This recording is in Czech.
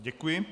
Děkuji.